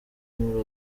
muri